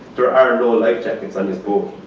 there are no life jackets on this boat.